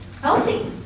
healthy